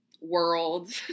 world